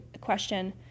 question